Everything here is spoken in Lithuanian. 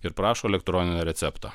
ir prašo elektroninio recepto